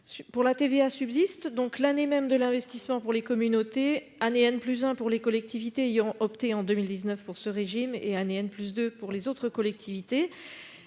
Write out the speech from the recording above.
du FCTVA subsistent : l'année même de l'investissement, pour les communautés ; en année pour les collectivités ayant opté en 2019 pour ce régime ; en année pour les autres collectivités